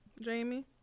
Jamie